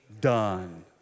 done